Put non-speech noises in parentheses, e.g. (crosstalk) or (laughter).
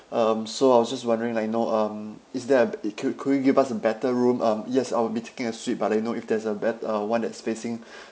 um so I was just wondering like you know um is there a could could you give us a better room um yes I will be taking a suite but like you know if there's a bet~ uh one that spacing (breath)